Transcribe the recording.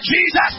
Jesus